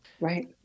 Right